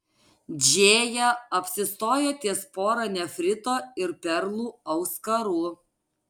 džėja apsistojo ties pora nefrito ir perlų auskarų